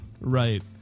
Right